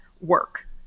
work